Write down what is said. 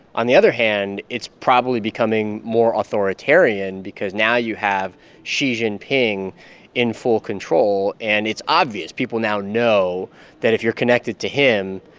on the other hand, it's probably becoming more authoritarian because now you have xi jinping in full control, and it's obvious. people now know that if you're connected to him,